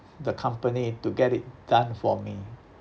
the company to get it done for me